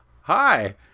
hi